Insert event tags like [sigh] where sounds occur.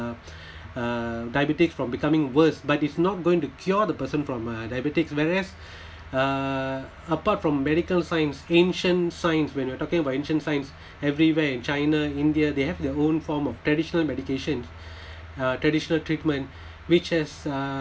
uh diabetic from becoming worse but it's not going to cure the person from uh diabetic whereas uh apart from medical science ancient science when you're talking about ancient science [breath] everywhere in china india they have their own form of traditional medication [breath] uh traditional treatment [breath] which has uh